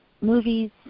movies